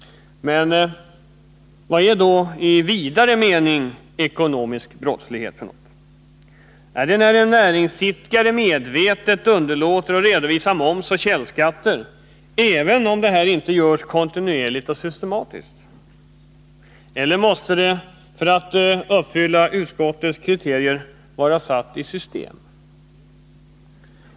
Vad är då i vidare mening ekonomisk brottslighet? Är det när en näringsidkare medvetet underlåter att redovisa moms och källskatter, även om detta inte underlåts kontinuerligt eller systematiskt? Eller måste förfarandet, för att uppfylla utskottets kriterier, vara satt i system?